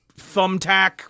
thumbtack